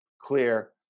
clear